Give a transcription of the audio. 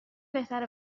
بهتره